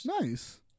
Nice